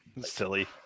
Silly